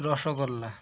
rasgulla